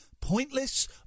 pointless